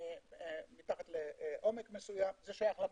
מתחת לעומק מסוים, זה שייך למדינה.